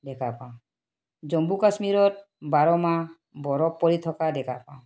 দেখা পাওঁ জম্মু কাশ্মীৰত বাৰ মাহ বৰফ পৰি থকা দেখা পাওঁ